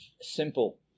Simple